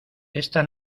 esta